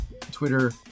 twitter